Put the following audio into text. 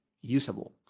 usable